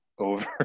over